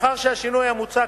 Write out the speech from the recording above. מאחר שהשינוי המוצע,